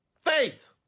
Faith